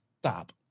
stop